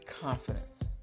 confidence